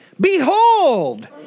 Behold